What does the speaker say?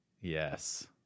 Yes